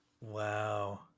Wow